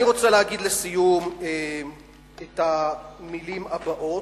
אני רוצה להגיד לסיום את המלים הבאות,